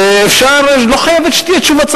ולא חייבת להיות תשובת שר,